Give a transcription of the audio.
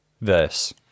verse